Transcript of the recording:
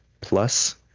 plus